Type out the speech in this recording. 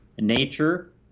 Nature